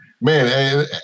man